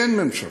אין ממשלה,